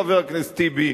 חבר הכנסת טיבי,